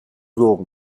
ذوق